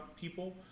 people